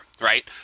right